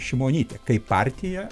šimonytė kaip partija